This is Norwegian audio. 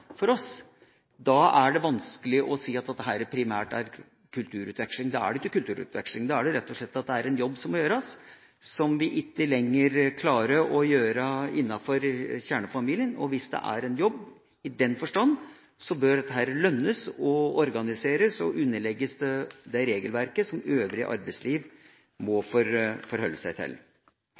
for oss, da er det vanskelig å si at dette primært er kulturutveksling. Da er det ikke kulturutveksling. Da er det rett og slett en jobb som må gjøres, som vi ikke lenger klarer å gjøre innenfor kjernefamilien. Hvis det er en jobb i den forstand, bør dette lønnes, organiseres og underlegges det regelverket som øvrig arbeidsliv må forholde seg til.